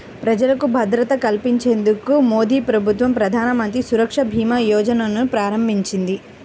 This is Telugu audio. ప్రజలకు భద్రత కల్పించేందుకు మోదీప్రభుత్వం ప్రధానమంత్రి సురక్ష భీమా యోజనను ప్రారంభించింది